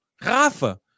Rafa